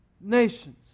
nations